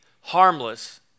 harmless